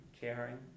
caring